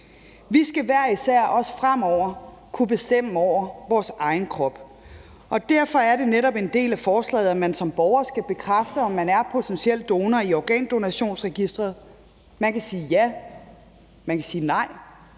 Vi skal hver især også fremover kunne bestemme over vores egen krop, og derfor er det netop en del af forslaget, at man som borger skal bekræfte, om man er potentiel donor i Organdonorregisteret. Man kan sige ja, man kan sige nej,